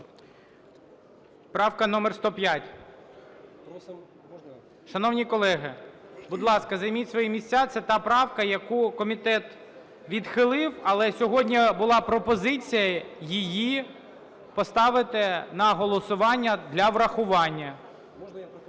Правка номер 105. Шановні колеги, будь ласка, займіть свої місця, це та правка, яку комітет відхилив, але сьогодні була пропозиція її поставити на голосування для врахування.